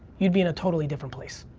you'd be in a totally different place.